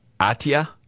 Atia